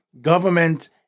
government